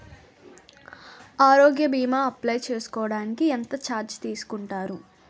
ఆరోగ్య భీమా అప్లయ్ చేసుకోడానికి ఎంత చార్జెస్ తీసుకుంటారు?